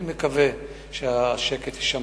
אני מקווה שהשקט יישמר.